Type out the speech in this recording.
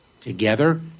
together